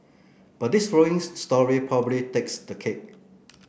but this following story probably takes the cake